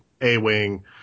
A-Wing